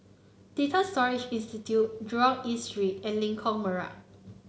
Data Storage Institute Jurong East Street and Lengkok Merak